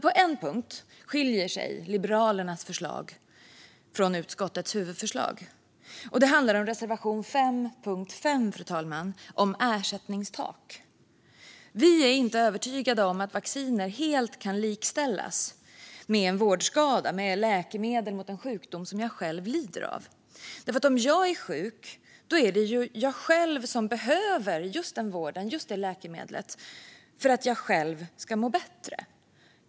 På en punkt skiljer sig dock Liberalernas förslag från utskottets huvudförslag. Det handlar om reservation 5, punkt 5 om ersättningstak, fru talman. Vi är inte övertygade om att vacciner helt kan likställas med en vårdskada från läkemedel mot en sjukdom som man själv lider av. Om jag är sjuk är det ju jag själv som behöver just den vården och just det läkemedlet för att jag själv ska må bättre.